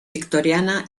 victoriana